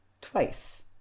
twice